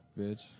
bitch